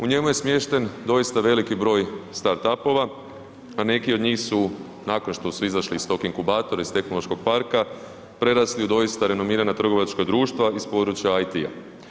U njemu je smješten doista veliki broj start-upova, a neki od njih su, nakon što su izašli iz tog inkubatora, iz tehnološkog parka, prerasli u doista renomirana trgovačka društva iz područja IT-a.